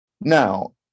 Now